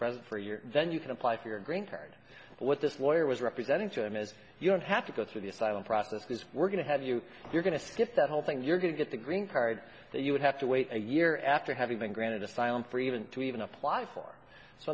present for a year then you can apply for your green card what this lawyer was representing to him is you don't have to go through the asylum process because we're going to have you you're going to skip that whole thing you're going to get the green card that you would have to wait a year after having been granted asylum for even to even apply for so